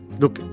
look,